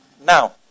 Now